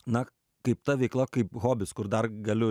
na kaip ta veikla kaip hobis kur dar galiu